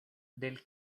del